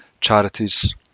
charities